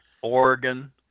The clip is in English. Oregon